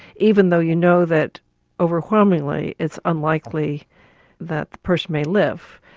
even though you know that overwhelmingly it's unlikely that the person may live.